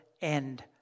end